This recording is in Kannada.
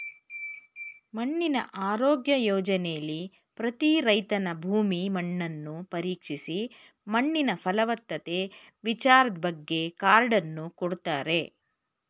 ಮಣ್ಣಿನ ಆರೋಗ್ಯ ಯೋಜನೆಲಿ ಪ್ರತಿ ರೈತನ ಭೂಮಿ ಮಣ್ಣನ್ನು ಪರೀಕ್ಷಿಸಿ ಮಣ್ಣಿನ ಫಲವತ್ತತೆ ವಿಚಾರದ್ಬಗ್ಗೆ ಕಾರ್ಡನ್ನು ಕೊಡ್ತಾರೆ